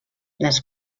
les